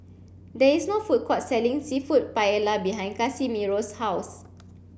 there is no food court selling Seafood Paella behind Casimiro's house